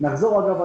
אגב,